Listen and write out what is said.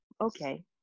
okay